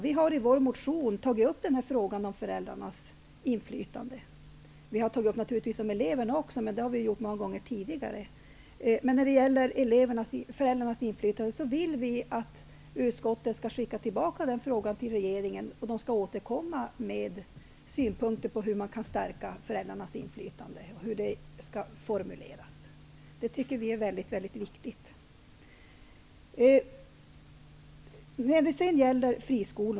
Vi har i vår motion tagit upp frågan om föräldrarnas inflytande -- vi har naturligtvis tagit upp också elevernas inflytande, men det har vi gjort så många gånger tidigare. Vi vill att utskottet skall skicka tillbaka frågan om föräldrarnas inflytande till regeringen och att regeringen skall återkomma med synpunkter på formerna för hur man kan stärka föräldrarnas inflytande. Det är väldigt viktigt.